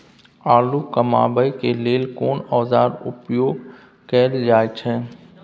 आलू कमाबै के लेल कोन औाजार उपयोग कैल जाय छै?